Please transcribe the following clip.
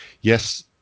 Yes